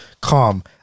calm